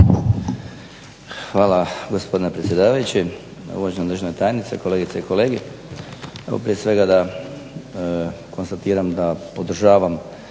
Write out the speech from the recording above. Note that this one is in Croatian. Hvala gospodine predsjedavajući, uvažena državna tajnice, kolegice i kolege. Evo prije svega da konstatiram da podržavam